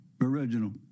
Original